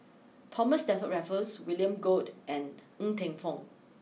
Thomas Stamford Raffles William Goode and Ng Teng Fong